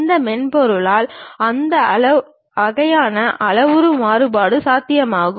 இந்த மென்பொருளால் அந்த வகையான அளவுரு மாறுபாடு சாத்தியமாகும்